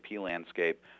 landscape